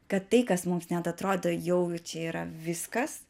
kad tai kas mums net atrodo jau čia yra viskas